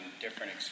different